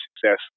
success